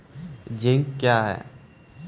Zinc क्या हैं?